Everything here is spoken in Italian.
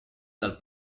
dal